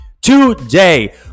Today